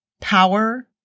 Power